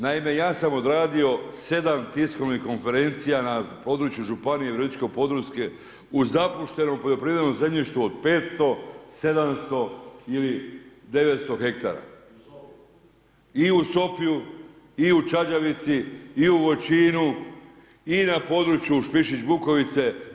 Naime ja sam odradio 7 tiskovnih konferencija na području Županije virovitičko-podravske o zapuštenom poljoprivrednom zemljištu od 500, 700 ili 900 hektara i u … i u Čađavici, i u Voćinu i na području Špišić Bukovice.